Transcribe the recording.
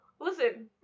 Listen